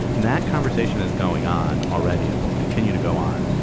that conversation is going on already and will continue to go on.